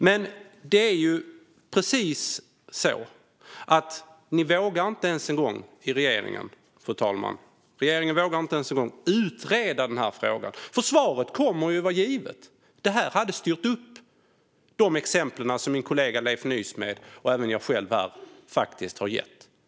Men regeringen vågar inte ens en gång utreda frågan. Svaret kommer att vara givet, nämligen exemplen som min kollega Leif Nysmed och jag har gett.